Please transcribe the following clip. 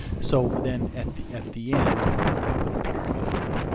so then at the at the end we're gonna put a period here.